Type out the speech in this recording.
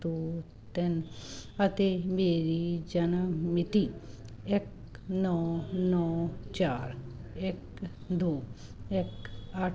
ਦੋ ਤਿੰਨ ਅਤੇ ਮੇਰੀ ਜਨਮ ਮਿਤੀ ਇੱਕ ਨੌਂ ਨੌਂ ਚਾਰ ਇੱਕ ਦੋ ਇੱਕ ਅੱਠ